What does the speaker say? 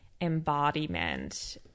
embodiment